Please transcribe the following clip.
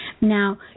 Now